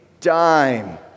dime